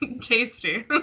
Tasty